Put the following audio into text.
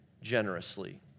generously